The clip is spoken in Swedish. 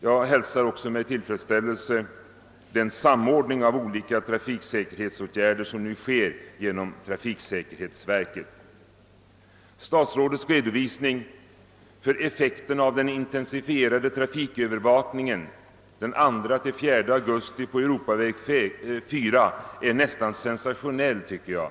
Jag hälsar också med tillfredsställelse den samordning av olika trafiksäkerhetsåtgärder som nu sker genom trafiksäkerhetsverket. Statsrådets redogörelse för effekten av den intensifierade trafikövervakningen under tiden 2—4 augusti i år på Europaväg 4 är nästan sensationell, tycker jag.